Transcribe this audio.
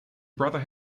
brother